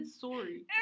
sorry